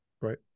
Right